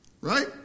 Right